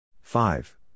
five